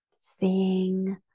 Seeing